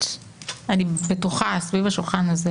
שאני בטוחה שסביב השולחן הזה